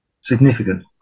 significant